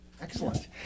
Excellent